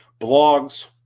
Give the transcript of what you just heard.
blogs